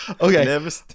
Okay